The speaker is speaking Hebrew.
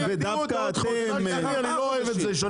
-- וגברתי אני לא אוהב את זה שאני